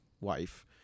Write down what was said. wife